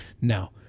Now